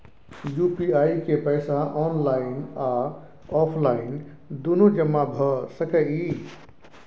UPI के पैसा online आ ऑफलाइन दुनू जमा भ सकै इ?